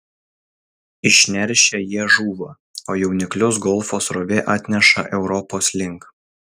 išneršę jie žūva o jauniklius golfo srovė atneša europos link